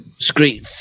Screen